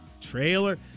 Trailer